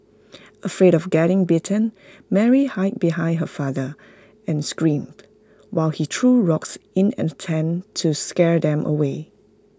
afraid of getting bitten Mary hide behind her father and screamed while he threw rocks in an attempt to scare them away